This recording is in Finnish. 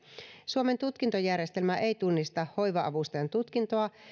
suomen tutkintojärjestelmä ei tunnista hoiva avustajan tutkintoa